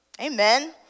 Amen